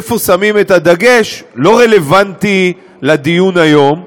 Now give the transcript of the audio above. איפה שמים את הדגש, לא רלוונטי לדיון היום,